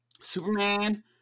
Superman